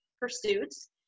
pursuits